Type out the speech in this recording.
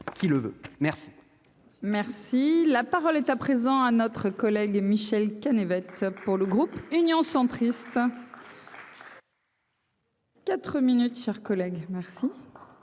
qui le veut, merci. Merci, la parole est à présent à notre collègue Michèle Canet être pour le groupe Union centriste. 4 minutes, chers collègues, merci.